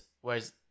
whereas